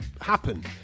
happen